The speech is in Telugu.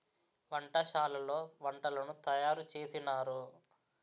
వంటశాలలో వంటలను తయారు చేసినారు